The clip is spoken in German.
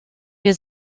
wir